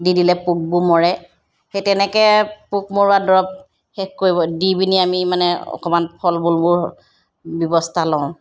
দি দিলে পোকবোৰ মৰে সেই তেনেকৈ পোক মৰোৱা দৰৱ শেষ কৰিব দি পিনি আমি মানে অকণমান ফল মূলবোৰ ব্যৱস্থা লওঁ